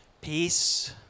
Peace